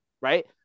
right